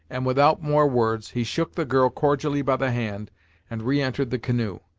and without more words, he shook the girl cordially by the hand and re-entered the canoe.